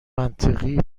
منطقی